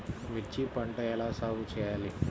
మిర్చి పంట ఎలా సాగు చేయాలి?